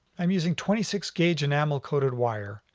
i'm using twenty six gauge, enamel coated wire.